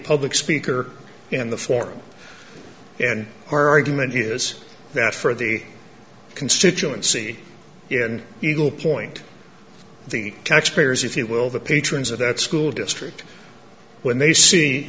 public speaker in the forum and our argument is that for the constituency in eagle point the taxpayers if you will the patrons of that school district when they see